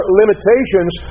limitations